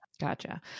Gotcha